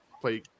play